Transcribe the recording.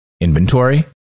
inventory